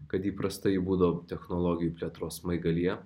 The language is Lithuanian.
kad įprastai būdavo technologijų plėtros smaigalyje